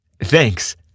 Thanks